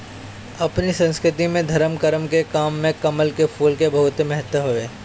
अपनी संस्कृति में धरम करम के काम में कमल के फूल के बहुते महत्व हवे